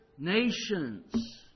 nations